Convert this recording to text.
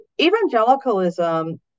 evangelicalism